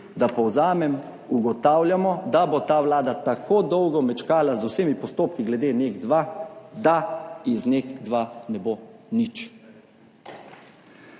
da povzamem, ugotavljamo, da bo ta vlada tako dolgo mečkala z vsemi postopki glede NEK 2, da iz NEK 2 ne bo nič.